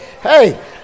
hey